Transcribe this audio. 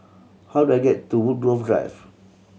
how do I get to Woodgrove Drive